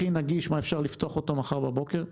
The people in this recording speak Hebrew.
הכי נגיש ומה אפשר לפתוח מחר בבוקר?